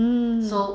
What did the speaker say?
mmhmm